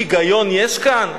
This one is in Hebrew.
היגיון יש כאן?